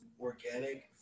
organic